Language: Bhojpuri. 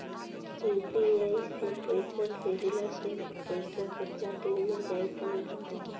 यू.पी.आई से पईसा भेजलाऽ से पईसा केतना देर मे जाई तनि बताई?